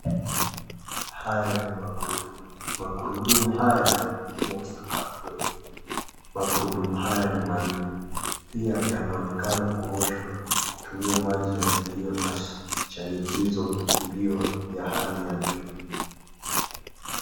Haya ni magurudumu, magurudumu haya yamo sakafuni, magurudumu haya ni manne. Pia yanaonekana kuoshwa kutumia maji yaliyo na shanikizo iliyo ya hali ya juu.